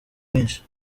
mwinshi